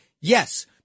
Yes